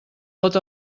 vot